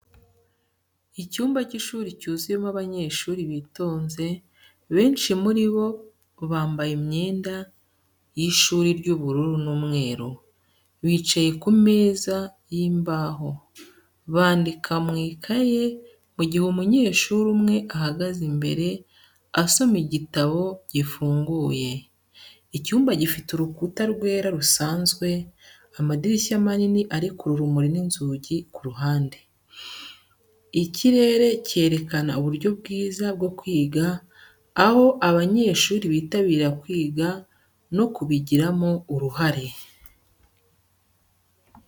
Icyumba cy'ishuri cyuzuyemo abanyeshuri bitonze, benshi muri bo bambaye imyenda y'ishuri ry'ubururu n'umweru. Bicaye ku meza y'imbaho, bandika mu ikaye mu gihe umunyeshuri umwe ahagaze imbere, asoma igitabo gifunguye. Icyumba gifite urukuta rwera rusanzwe, amadirishya manini arekura urumuri n'inzugi ku ruhande. Ikirere cyerekana uburyo bwiza bwo kwiga aho abanyeshuri bitabira kwiga no kubigiramo uruhare.